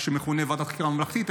מה שמכונה ועדת חקירה ממלכתית,